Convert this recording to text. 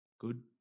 good